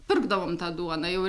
pirkdavom tą duoną jau